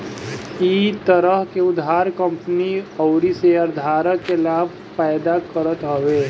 इ तरह के उधार कंपनी अउरी शेयरधारक के लाभ पैदा करत हवे